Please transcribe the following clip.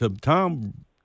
Tom